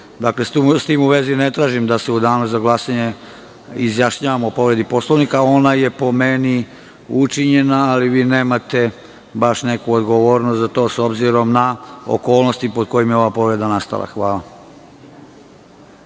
s tim u vezi ne tražim da se u danu za glasanje izjašnjavamo o povredi Poslovnika. Ona je po meni učinjena, ali vi nemate baš neku odgovornost za to, s obzirom na okolnosti pod kojima je ova povreda nastala. Hvala.